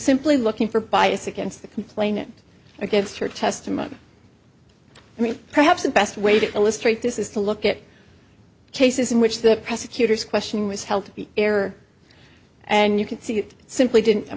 simply looking for bias against the complainant against her testimony i mean perhaps the best way to illustrate this is to look at cases in which the prosecutor's question was held to be error and you can see it simply didn't